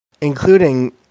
including